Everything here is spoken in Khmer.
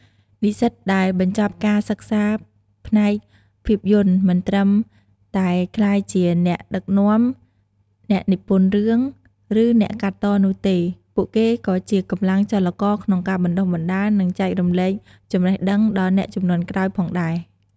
និស្សិតដែលបញ្ចប់ការសិក្សាផ្នែកភាពយន្ត មិនត្រឹមតែក្លាយជាអ្នកដឹកនាំ អ្នកនិពន្ធរឿង ឬអ្នកកាត់តនោះទេ ពួកគេក៏ជាកម្លាំងចលករក្នុងការបណ្តុះបណ្តាល និងចែករំលែកចំណេះដឹងដល់អ្នកជំនាន់ក្រោយផងដែរ។